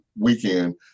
weekend